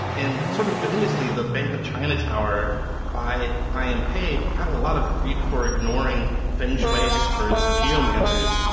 and sort of famously, the bank of china tower by i m. pei got a lot of grief for ignoring feng shui experts and geomancers.